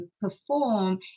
perform